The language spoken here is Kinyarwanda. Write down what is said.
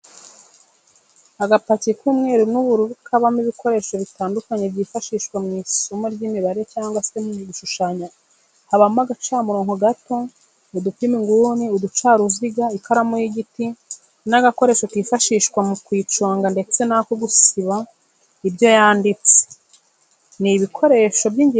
Agapaki k'umweru n'ubururu kabamo ibikoresho bitandukanye byifashishwa mw'isomo ry'imibare cyangwa se mu gushushanya habamo agacamurongo gato, udupima inguni, uducaruziga ,ikaramu y'igiti n'agakoresho kifashishwa mu kuyiconga ndetse n'ako gusiba ibyo yanditse, ni ibikoresho by'ingenzi umwana wese wiga aba agomba kugira.